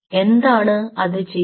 എന്താണ് അത് ചെയ്യുക